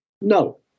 No